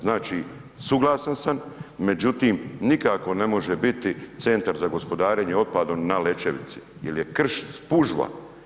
Znači suglasan sam, međutim nikako ne može biti centar za gospodarenje otpadom na Lećevici jel je krš spužva.